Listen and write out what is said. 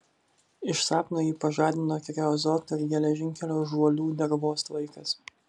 iš sapno jį pažadino kreozoto ir geležinkelio žuolių dervos tvaikas